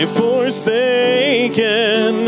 forsaken